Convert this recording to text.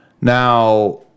Now